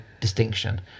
distinction